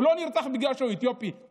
הוא לא נרצח בגלל שהוא אתיופי,